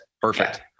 perfect